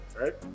right